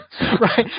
right